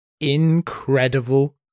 incredible